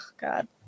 God